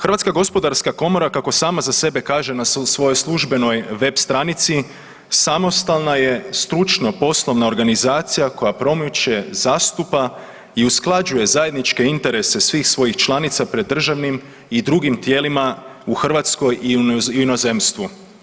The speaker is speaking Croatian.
Hrvatska gospodarska komora kako sama za sebe kaže na svojoj službenoj web. stranici samostalna je stručno-poslovna organizacija koja promiče, zastupa i usklađuje zajedničke interese svih svojih članica pred državnim i drugim tijelima u Hrvatskoj i u inozemstvu.